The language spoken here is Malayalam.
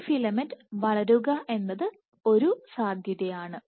ഈ ഫിലമെന്റ് വളരുക എന്നത് ഒരു സാധ്യതയാണ്